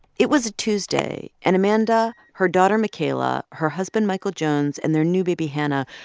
it was a tuesday, and amanda, her daughter, makayla, her husband, michael jones, and their new baby, hannah,